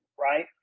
Right